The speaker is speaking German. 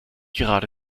gerade